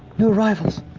new arrivals!